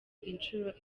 inshuro